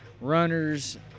runners